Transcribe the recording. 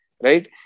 Right